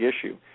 issue